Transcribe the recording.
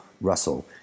Russell